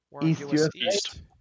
East